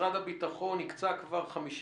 משרד הביטחון הקצה כבר 54